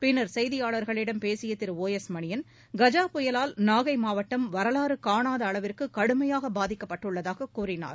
பின்னா் செய்தியாளா்களிடம் பேசிய திரு ஒ எஸ் மணியன் கஜா புயலால் நாகை மாவட்டம் வரலாறு காணாத அளவிற்கு கடுமையாக பாதிக்கப்பட்டுள்ளதாக கூறினார்